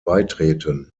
beitreten